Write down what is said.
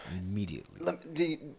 Immediately